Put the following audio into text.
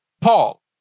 Paul